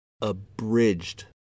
abridged